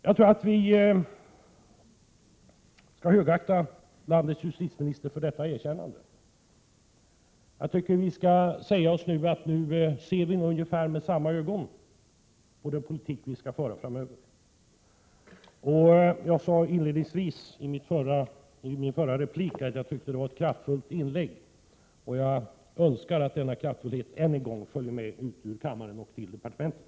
Jag tror att vi skall högakta landets justitieminister för detta erkännande och att vi skall säga oss att vi nu ser med ungefär samma ögon på den politik vi skall föra framöver. Jag sade inledningsvis i min förra replik att jag tyckte att justitieministern hade gjort ett kraftfullt inlägg, och jag önskar att denna kraftfullhet än en gång följer med ut ur kammaren och till departementet.